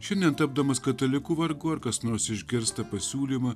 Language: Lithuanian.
šiandien tapdamas kataliku vargu ar kas nors išgirsta pasiūlymą